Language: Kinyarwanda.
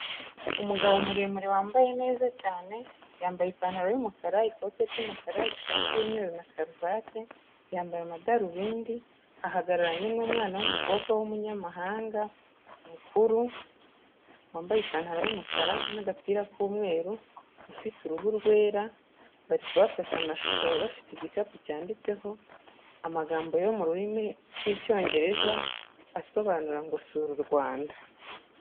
Umugabo muremure wambaye neza cyane, yambaye ipantaro y'umukara, ikote ry'umukara, ishati y'umweru na karuvati, yambaye amadarubindi, ahagararanye n'umwana w'umukobwa w'umunyamahanga, mukuru, wambaye ipantaro y'umukara n'agapira k'umweru, ufite uruhu rwera, barifata amashusho bafite igikapu cyanditseho amagambo yo mu rurimi rw'icyongereza, asobanura ngo sura u Rwanda.